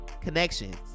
connections